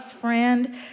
friend